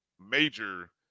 major –